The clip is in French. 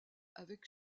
avec